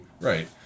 right